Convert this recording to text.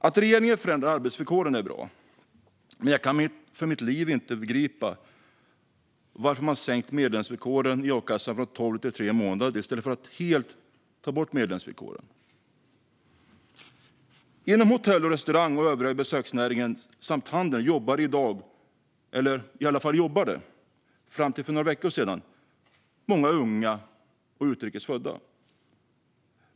Att regeringen förändrar arbetsvillkoren är bra, men jag kan för mitt liv inte begripa varför man sänkt medlemsvillkoren i a-kassan från tolv till tre månader i stället för att helt ta bort medlemsvillkoren. Inom hotell och restaurangnäringen, inom den övriga besöksnäringen och inom handeln jobbar i dag - eller jobbade i alla fall fram till för några veckor sedan - många unga och utrikes födda.